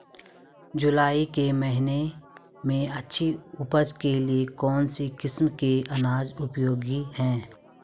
जुलाई के महीने में अच्छी उपज के लिए कौन सी किस्म के अनाज उपयोगी हैं?